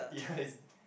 ya it's